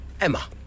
Emma